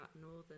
northern